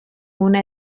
una